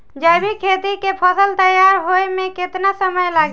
जैविक खेती के फसल तैयार होए मे केतना समय लागी?